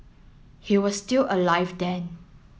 he was still alive then